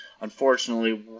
unfortunately